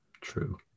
true